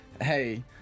hey